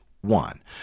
One